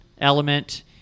element